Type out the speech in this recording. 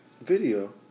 Video